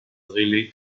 really